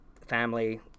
Family